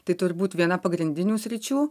tai turbūt viena pagrindinių sričių